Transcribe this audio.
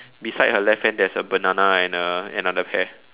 beside her left hand there's a banana and uh another pear